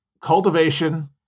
cultivation